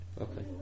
Okay